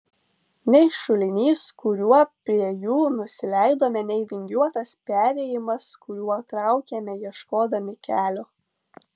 nei šulinys kuriuo prie jų nusileidome nei vingiuotas perėjimas kuriuo traukėme ieškodami kelio